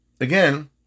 again